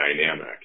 dynamic